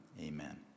amen